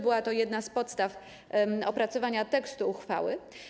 Była to jedna z podstaw opracowanego tekstu uchwały.